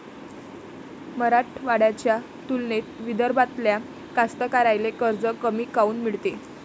मराठवाड्याच्या तुलनेत विदर्भातल्या कास्तकाराइले कर्ज कमी काऊन मिळते?